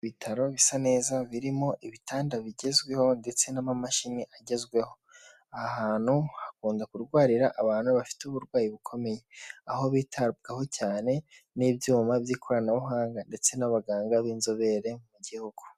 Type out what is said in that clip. Ibitaro bisa neza birimo ibitanda bigezweho ndetse n'amamashini agezweho, aha ahantu hakunda kurwarira abantu bafite uburwayi bukomeye, aho bitabwaho cyane n'ibyuma by'ikoranabuhanga ndetse n'abaganga b'inzobere mu gihugu.